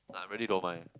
I really don't mind